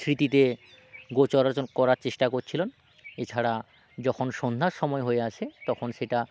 স্মৃতিতে গোচারচন করার চেষ্টা করছিলেন এছাড়া যখন সন্ধ্যার সময় হয়ে আসে তখন সেটা